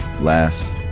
last